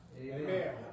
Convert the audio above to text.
Amen